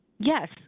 Yes